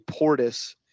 Portis